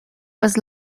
was